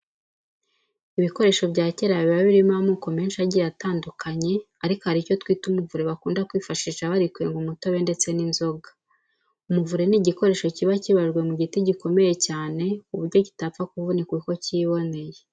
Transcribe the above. Ibikoresho bya kera biba birimo amoko menshi agiye atandukanye ariko hari icyo twita umuvure bakunda kwifashisha bari kwenga umutobe ndetse n'inzoga. Umuvure ni igikoresho kiba kibajwe mu giti gikomeye cyane ku buryo kitapfa kuvunika uko kiboneye.